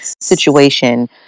situation